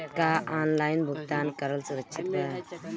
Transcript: का ऑनलाइन भुगतान करल सुरक्षित बा?